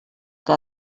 que